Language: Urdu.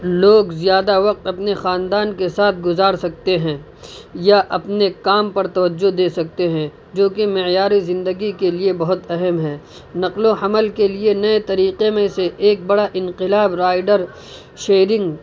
لوگ زیادہ وقت اپنے خاندان کے ساتھ گزار سکتے ہیں یا اپنے کام پر توجہ دے سکتے ہیں جوکہ معیاری زندگی کے لیے بہت اہم ہے نقل و حمل کے لیے نئے طریقے میں سے ایک بڑا انقلاب رائڈر شیرنگ